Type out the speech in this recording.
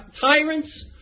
tyrants